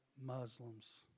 Muslims